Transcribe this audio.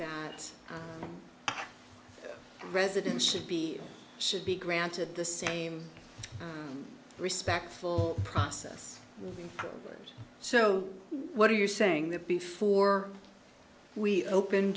that residents should be should be granted the same respectful process so what are you saying that before we open